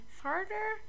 harder